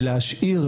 ולהשאיר,